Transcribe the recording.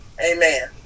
amen